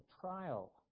trial